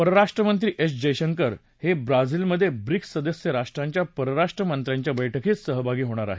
परराष्ट्र मंत्री एस जयशंकर हे ब्राझीमधे ब्रिक्स सदस्य राष्ट्रांच्या परराष्ट्र मंत्र्यांच्या बैठकीत सहभागी होणार आहेत